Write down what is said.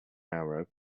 arab